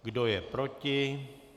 Kdo je proti?